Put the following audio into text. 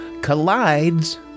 collides